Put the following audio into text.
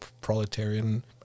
proletarian